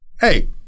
hey